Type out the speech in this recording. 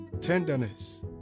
tenderness